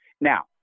Now